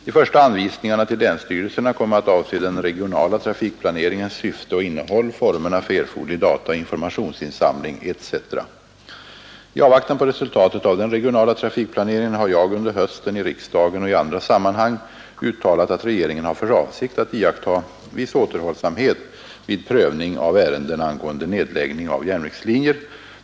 De första anvisningarna till länsstyrelserna kommer att avse den regionala trafikplaneringens syfte och innehåll, formerna för erforderlig dataoch informationsinsamling etc. I avvaktan på resultatet av den regionala trafikplaneringen har jag under hösten — i riksdagen och i andra sammanhang — uttalat att regeringen har för avsikt att iaktta viss återhållsamhet vid prövning av ärenden angående nedläggning av järnvägslinjer.